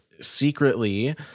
secretly